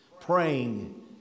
praying